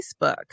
Facebook